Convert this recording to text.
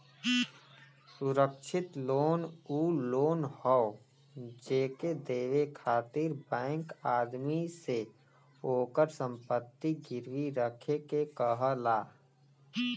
सुरक्षित लोन उ लोन हौ जेके देवे खातिर बैंक आदमी से ओकर संपत्ति गिरवी रखे के कहला